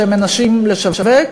שהם מנסים לשווק,